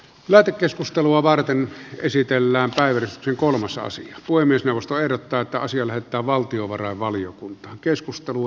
lähetekeskustelua varten esitellään päivitetty kolmas taas voi myös nousta erottaa taas yöllä että arvoisa puhemies